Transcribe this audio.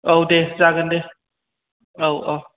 औ दे जागोन दे औ औ